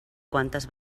quantes